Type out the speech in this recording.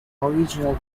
original